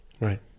Right